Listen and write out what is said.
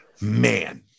man